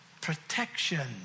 protection